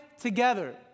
together